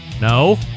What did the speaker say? No